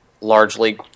largely